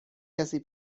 کسی